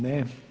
Ne.